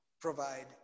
provide